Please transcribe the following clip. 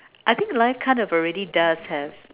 I think life kind of already does have